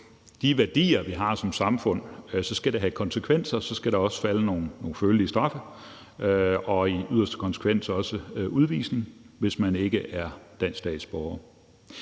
de værdier, vi har som samfund, så skal det have konsekvenser, og så skal der også falde nogle følelige straffe og i yderste konsekvens også udvisning, hvis man ikke er dansk statsborger.